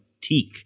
teak